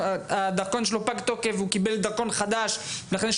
הדרכון שלו פג תוקף והוא קיבל דרכון חדש ולכן יש